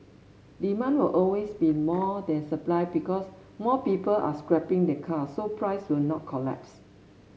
demand will always be more than supply because more people are scrapping their cars so price will not collapse